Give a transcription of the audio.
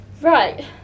Right